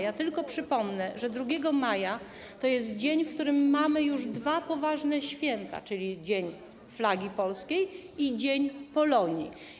Ja tylko przypomnę, że 2 maja to jest dzień, w którym mamy już dwa poważne święta, czyli dzień flagi polskiej i dzień Polonii.